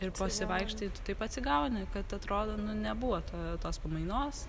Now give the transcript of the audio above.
ir pasivaikštai ir tu taip atsigauni kad atrodo nu nebuvo to tos pamainos